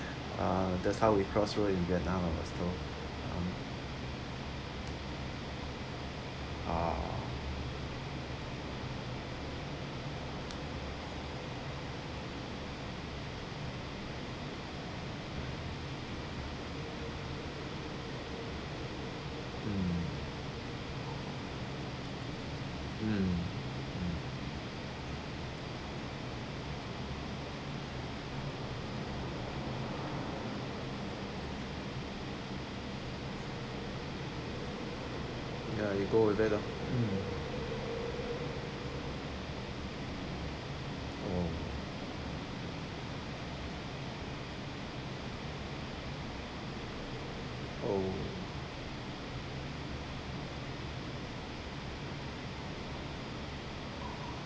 uh that's how we cross road in vietnam uh mm mm mm ya you go over there lah mm oh oh